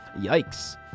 Yikes